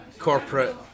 corporate